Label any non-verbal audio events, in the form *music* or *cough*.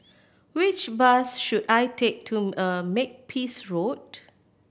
which bus should I take to *hesitation* Makepeace Road